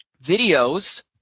videos